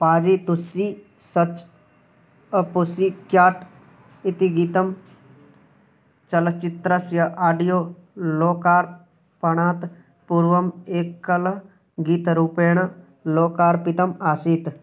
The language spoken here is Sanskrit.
पाजितुस्सि सच् अपुसिक्याट् इति गीतं चलच्चित्रस्य आडियो लोकार्पणात् पूर्वम् एकलगीतरूपेण लोकार्पितम् आसीत्